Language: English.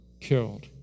killed